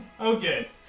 Okay